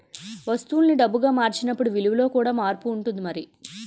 వస్తువుల్ని డబ్బుగా మార్చినప్పుడు విలువలో కూడా మార్పు ఉంటుంది మరి